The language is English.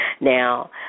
Now